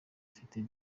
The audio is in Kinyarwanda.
afite